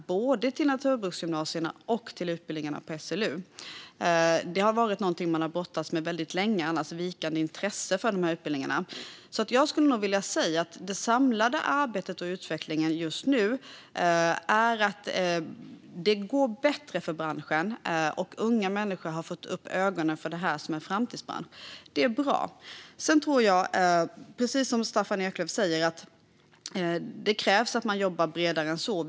Det gäller både till naturbruksgymnasierna och till utbildningarna vid SLU. Ett vikande intresse för dessa utbildningar är annars något som man väldigt länge har brottats med. Det samlade intrycket av arbetet och utvecklingen just nu visar att det går bättre för branschen, och unga människor har fått upp ögonen för det här som en framtidsbransch. Det är bra. Precis som Staffan Eklöf säger tror jag att det krävs att man jobbar bredare än så här.